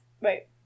right